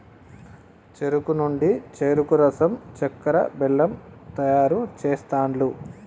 చెరుకు నుండి చెరుకు రసం చెక్కర, బెల్లం తయారు చేస్తాండ్లు